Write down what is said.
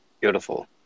Beautiful